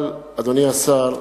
אבל, אדוני השר,